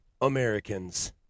Americans